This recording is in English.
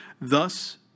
Thus